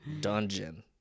Dungeon